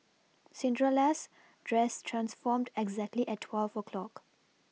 dress transformed exactly at twelve o' clock